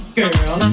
girl